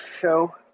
show